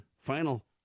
final